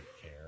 care